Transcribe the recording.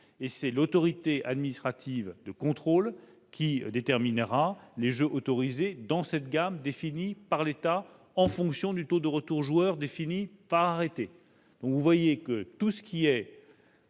que l'autorité administrative de contrôle déterminera les jeux autorisés dans la gamme définie par l'État en fonction du taux de retour aux joueurs déterminé par arrêté.